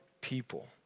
people